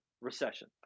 recession